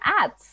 ads